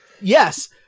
Yes